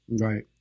Right